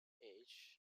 age